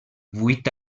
vuit